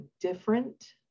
different